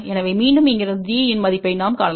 எனவே மீண்டும் இங்கிருந்து D இன் மதிப்பை நாம் காணலாம்